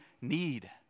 need